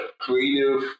creative